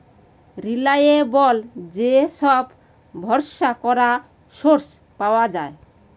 reliable যে সব ভরসা করা সোর্স পাওয়া যায়